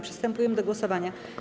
Przystępujemy do głosowania.